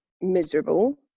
miserable